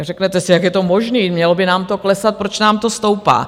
Řeknete si, jak je to možné, mělo by nám to klesat, proč nám to stoupá?